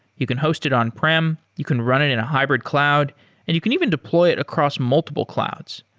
you can host it on-prem, you can run it in a hybrid cloud and you can even deploy it across multiple clouds.